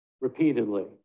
repeatedly